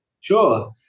Sure